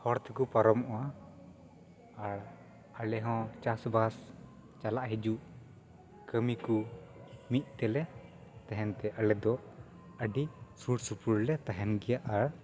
ᱦᱚᱨ ᱛᱮᱠᱚ ᱯᱟᱨᱚᱢᱚᱜᱼᱟ ᱟᱨ ᱟᱞᱮ ᱦᱚᱸ ᱪᱟᱥ ᱵᱟᱥ ᱪᱟᱞᱟᱜ ᱦᱤᱡᱩᱜ ᱠᱟᱹᱢᱤ ᱠᱩ ᱢᱤᱫ ᱛᱮᱞᱮ ᱛᱮᱦᱮᱱ ᱛᱮ ᱟᱞᱮ ᱫᱚ ᱟᱹᱰᱤ ᱥᱩᱨᱥᱩᱯᱩᱨ ᱞᱮ ᱛᱟᱦᱮᱱ ᱜᱮᱭᱟ ᱟᱨ